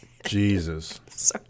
Jesus